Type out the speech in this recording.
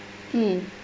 hmm